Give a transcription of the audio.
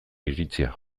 iritzia